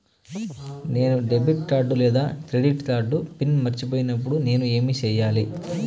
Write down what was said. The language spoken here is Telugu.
నేను డెబిట్ కార్డు లేదా క్రెడిట్ కార్డు పిన్ మర్చిపోయినప్పుడు నేను ఏమి సెయ్యాలి?